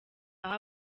aho